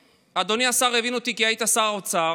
אדוני השר יבין אותי, כי היית שר אוצר: